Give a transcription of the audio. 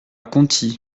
conty